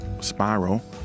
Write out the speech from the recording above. spiral